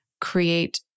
create